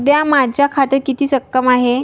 सध्या माझ्या खात्यात किती रक्कम आहे?